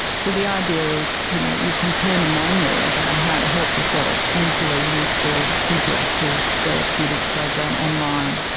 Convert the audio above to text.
so the idea is you know you can turn a manual about how to help yourself into a useful interactive therapeutic program online.